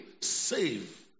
save